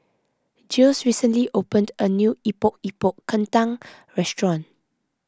Jiles recently opened a new Epok Epok Kentang restaurant